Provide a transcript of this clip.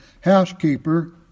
housekeeper